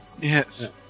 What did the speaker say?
Yes